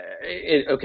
okay